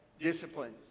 disciplines